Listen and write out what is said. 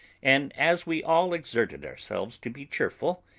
and as we all exerted ourselves to be cheerful,